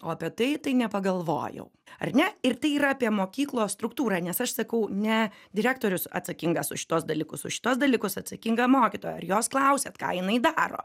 o apie tai tai nepagalvojau ar ne ir tai yra apie mokyklos struktūrą nes aš sakau ne direktorius atsakingas už šituos dalykus už šituos dalykus atsakinga mokytoja ar jos klausėt ką jinai daro